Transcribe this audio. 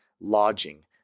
lodging